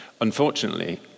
Unfortunately